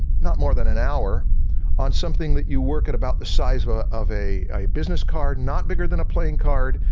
not more than an hour on something that you work at about the size of ah of a a business card, not bigger than a playing card,